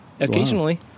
occasionally